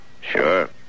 Sure